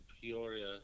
Peoria